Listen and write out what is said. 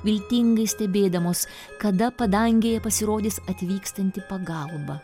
viltingai stebėdamos kada padangėje pasirodys atvykstanti pagalba